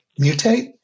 mutate